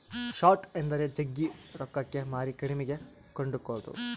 short ಎಂದರೆ ಜಗ್ಗಿ ರೊಕ್ಕಕ್ಕೆ ಮಾರಿ ಕಡಿಮೆಗೆ ಕೊಂಡುಕೊದು